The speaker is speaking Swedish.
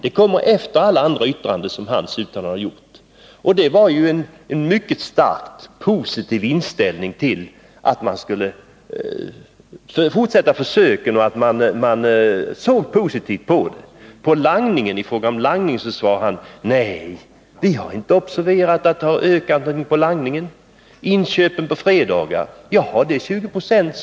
Det uttalandet präglades av en starkt positiv inställning till att man skulle fortsätta försöken. I fråga om langningen svarade han: Nej, vi har inte observerat att langningen har ökat.